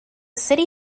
city